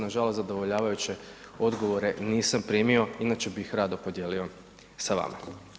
Nažalost zadovoljavajuće odgovore nisam primio inače bih rado podijelio s vama.